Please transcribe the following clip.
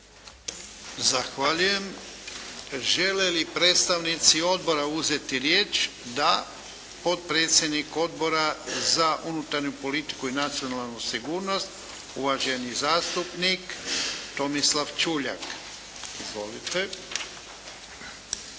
Zahvaljujem. Žele li predstavnici odbora uzeti riječ? Da. Potpredsjednik Odbora za unutarnju politiku i nacionalnu sigurnost, uvaženi zastupnik Tomislav Čuljak. Izvolite. **Čuljak,